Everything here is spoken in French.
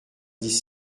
dix